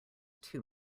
too